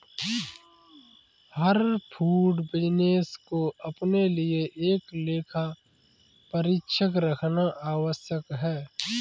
हर food business को अपने लिए एक लेखा परीक्षक रखना आवश्यक है